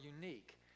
unique